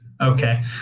Okay